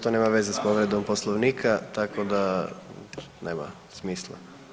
To nema veze sa povredom Poslovnika, tako da nema smisla.